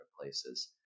places